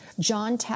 John